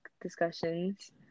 discussions